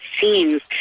scenes